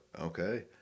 Okay